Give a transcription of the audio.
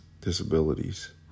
disabilities